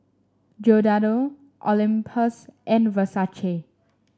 Giordano Olympus and Versace